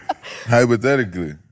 Hypothetically